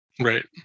Right